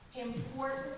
important